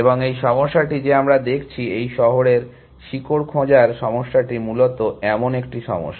এবং এই সমস্যাটি যে আমরা দেখছি এই শহরের শিকড় খোঁজার সমস্যাটি মূলত এমন একটি সমস্যা